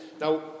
Now